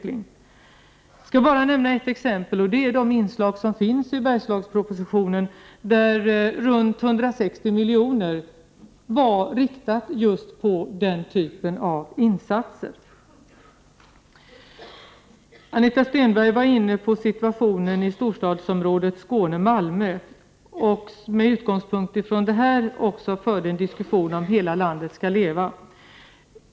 Jag skall bara nämna ett exempel, nämligen de inslag som finns i Bergslagspropositionen, där runt 160 milj.kr. var inriktade på just den typen av insatser. Anita Stenberg berörde situationen i storstadsområdet Skåne-Malmö och förde med utgångspunkt från detta en diskussion om huruvida hela landet skall leva.